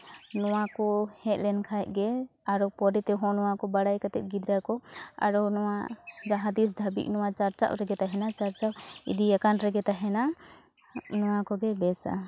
ᱱᱚᱣᱟ ᱠᱚ ᱦᱮᱡ ᱞᱮᱱᱠᱷᱟᱱ ᱜᱮ ᱟᱨᱚ ᱯᱚᱨᱮ ᱛᱮᱦᱚᱸ ᱱᱚᱣᱟ ᱠᱚ ᱵᱟᱲᱟᱭ ᱠᱟᱛᱮ ᱜᱤᱫᱽᱨᱟᱹ ᱠᱚ ᱟᱨᱚ ᱱᱚᱣᱟ ᱡᱟᱦᱟᱸ ᱛᱤᱥ ᱫᱷᱟᱹᱵᱤᱡ ᱱᱚᱣᱟ ᱪᱟᱨᱪᱟᱣ ᱨᱮᱜᱮ ᱛᱟᱦᱮᱱᱟ ᱪᱟᱨᱪᱟᱣ ᱤᱫᱤᱭᱟᱠᱟᱱ ᱨᱮᱜᱮ ᱛᱟᱦᱮᱱᱟ ᱱᱚᱣᱟ ᱠᱚᱜᱮ ᱵᱮᱥᱟ